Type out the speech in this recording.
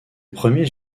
premiers